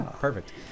perfect